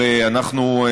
הרי אנחנו,